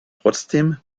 trotzdem